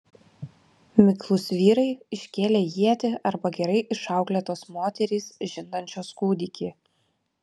miklūs vyrai iškėlę ietį arba gerai išauklėtos moterys žindančios kūdikį